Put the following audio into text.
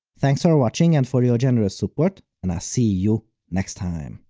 thanks for watching and for your generous support, and i'll see you next time!